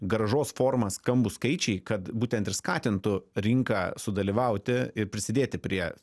grąžos forma skambūs skaičiai kad būtent ir skatintų rinką sudalyvauti ir prisidėti prie